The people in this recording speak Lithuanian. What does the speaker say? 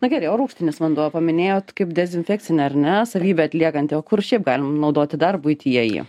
na gerai o rūgštinis vanduo paminėjot kaip dezinfekcinę ar ne savybę atliekantį o kur šiaip galim naudoti dar buityje jį